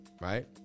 right